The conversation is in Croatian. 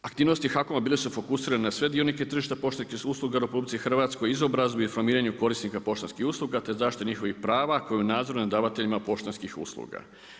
Aktivnosti HAKOM-a bile su fokusirane na sve dionike tržišta poštanskih usluga u RH, izobrazbi i formiranju korisnika poštanskih usluga te zaštite njihovih prava koje je u nadzoru davatelja poštanskih usluga.